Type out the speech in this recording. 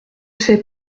sais